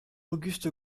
auguste